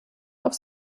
auf